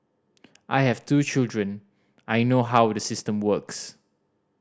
I have two children I know how the system works